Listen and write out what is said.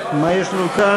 49,